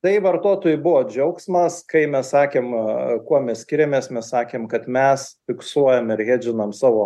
tai vartotojui buvo džiaugsmas kai mes sakėm kuo mes skiriamės mes sakėm kad mes fiksuojam mergedžinam savo